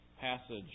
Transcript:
passage